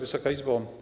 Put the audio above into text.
Wysoka Izbo!